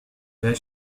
where